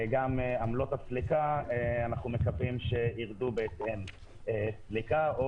אנחנו מקווים שעמלות הסליקה ירדו בהתאם; סליקה או